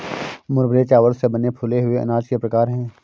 मुरमुरे चावल से बने फूले हुए अनाज के प्रकार है